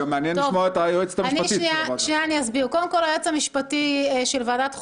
היועץ המשפטי של ועדת חוקה,